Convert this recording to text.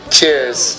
cheers